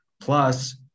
Plus